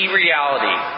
reality